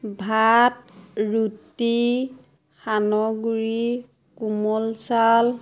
ভাত ৰুটি সান্দহগুৰি কোমল চাউল